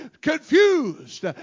confused